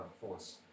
force